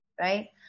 right